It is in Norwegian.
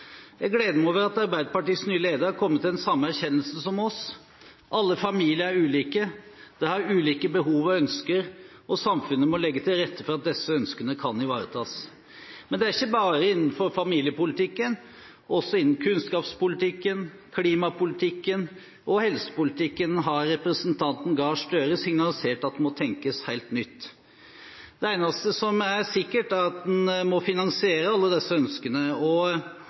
Jeg gleder meg over at Arbeiderpartiets nye leder har kommet til den samme erkjennelsen som oss: Alle familier er ulike. De har ulike behov og ønsker, og samfunnet må legge til rette for at disse ønskene kan ivaretas. Men det gjelder ikke bare innenfor familiepolitikken. Også innenfor kunnskapspolitikken, klimapolitikken og helsepolitikken har representanten Gahr Støre signalisert at det må tenkes helt nytt. Det eneste som er sikkert, er at en må finansiere alle disse ønskene,